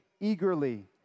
eagerly